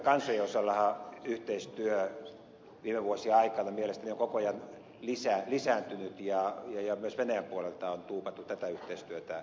suomensukuisten kansojen osaltahan yhteistyö viime vuosien aikana on mielestäni koko ajan lisääntynyt ja myös venäjän puolelta on tuupattu tätä yhteistyötä